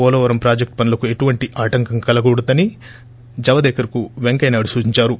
వోలవరం ప్రాజెక్లు పనులకు ఎటువంటి ఆటంకం కలగకూడదని జావదేకర్కు వేంకయ్య నాయుడు సూచించారు